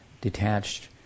detached